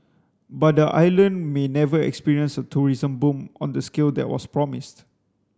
but the island may never experience a tourism boom on the scale that was promised